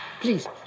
Please